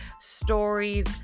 stories